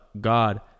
God